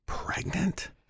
pregnant